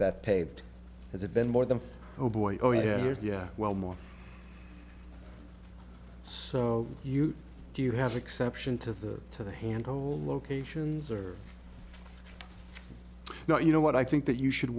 that paved has it been more than oh boy oh yeah years yeah well more so you do you have exception to the to the handhold locations are now you know what i think that you should